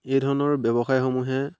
এই ধৰণৰ ব্যৱসায়সমূহে